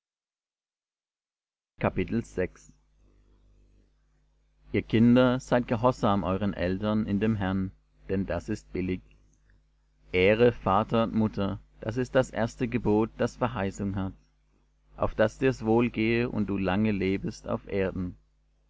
ihr kinder seid gehorsam euren eltern in dem herrn denn das ist billig ehre vater und mutter das ist das erste gebot das verheißung hat auf daß dir's wohl gehe und du lange lebest auf erden